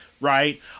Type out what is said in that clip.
right